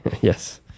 Yes